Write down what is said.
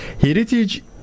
heritage